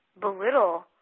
belittle